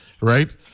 right